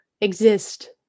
exist